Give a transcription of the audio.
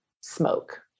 smoke